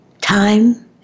time